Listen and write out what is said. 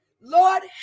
Lord